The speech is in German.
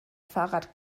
fahrrad